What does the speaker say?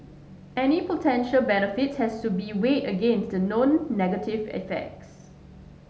any potential benefits has to be weighed against the known negative effects